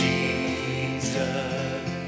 Jesus